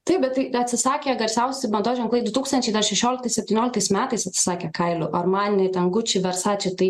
taip bet tai atsisakė garsiausi mados ženklai du tūkstančiai dar šešioliktais septynioliktais metais atsisakė kailių armani ten guči versači tai